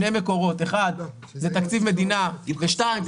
האחד זה תקציב מדינה ושתיים,